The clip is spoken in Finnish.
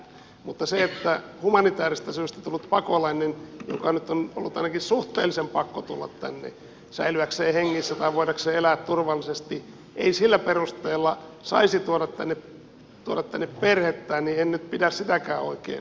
mutta sitäkään että humanitäärisistä syistä tullut pakolainen jonka nyt on ollut ainakin suhteellisen pakko tulla tänne säilyäkseen hengissä tai voidakseen elää turvallisesti ei sillä perusteella saisi tuoda tänne perheettään en nyt pidä oikein humanitäärisenä